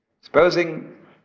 Supposing